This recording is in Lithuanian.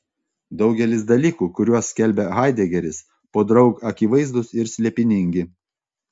daugelis dalykų kuriuos skelbia haidegeris podraug akivaizdūs ir slėpiningi